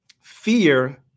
Fear